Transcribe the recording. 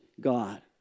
God